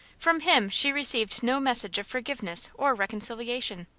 from him she received no message of forgiveness or reconciliation.